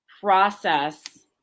process